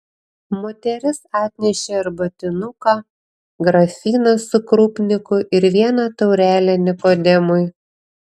moteris atnešė arbatinuką grafiną su krupniku ir vieną taurelę nikodemui